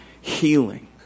healing